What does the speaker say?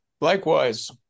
Likewise